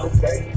Okay